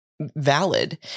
valid